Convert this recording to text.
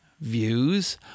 views